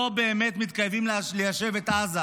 לא באמת מתכוונים ליישב את עזה,